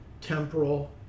temporal